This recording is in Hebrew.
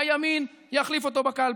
הימין יחליף אותו בקלפי.